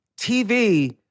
tv